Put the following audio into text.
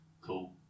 cool